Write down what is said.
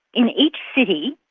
in each city,